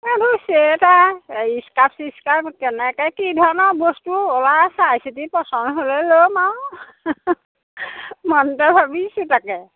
এইবোৰ sweater skirt ছিস্কাৰ্ট কেনেকে কি ধৰণৰ বস্তু ওলাই চাইচিতি পচন্দ হ'লে ল'ম আৰু মনতে ভাবিছোঁ তাকে